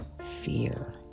fear